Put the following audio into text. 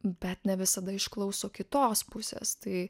bet ne visada išklauso kitos pusės tai